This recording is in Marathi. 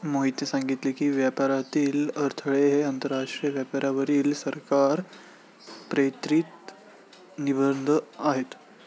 मोहितने सांगितले की, व्यापारातील अडथळे हे आंतरराष्ट्रीय व्यापारावरील सरकार प्रेरित निर्बंध आहेत